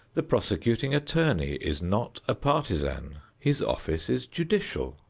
the prosecuting attorney is not a partisan. his office is judicial.